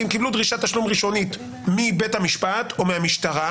כי הם קיבלו דרישת תשלום ראשונית מבית המשפט או מהמשטרה,